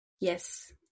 yes